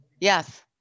Yes